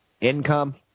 Income